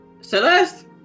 Celeste